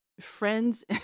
friends